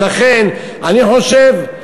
ולכן אני חושב,